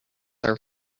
are